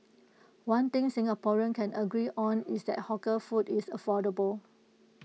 one thing Singaporeans can agree on is that hawker food is affordable